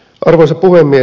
arvoisa puhemies